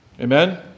Amen